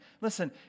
Listen